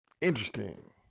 Interesting